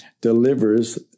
delivers